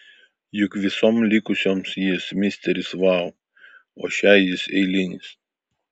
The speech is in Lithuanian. juk visoms likusioms jis misteris vau o šiai jis eilinis